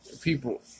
People